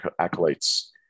acolytes